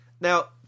Now